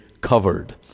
covered